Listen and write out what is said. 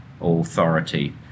authority